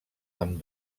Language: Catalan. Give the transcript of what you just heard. amb